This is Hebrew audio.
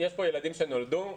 יש פה ילדים שנולדו.